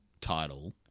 title